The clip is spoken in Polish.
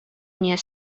nie